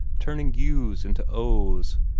turning u's into o's,